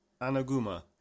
Anaguma